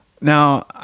Now